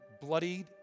bloodied